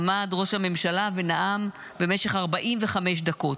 עמד ראש הממשלה ונאם במשך 45 דקות.